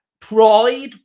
pride